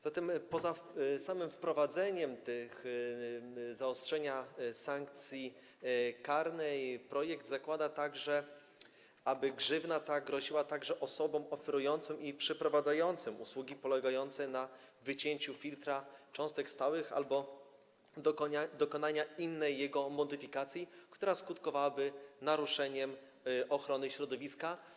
Zatem poza samym wprowadzeniem zaostrzenia sankcji karnej projekt zakłada także, aby grzywna ta groziła także osobom oferującym i przeprowadzającym usługi polegające na wycięciu filtra cząstek stałych albo dokonaniu innej jego modyfikacji, która skutkowałaby naruszeniem ochrony środowiska.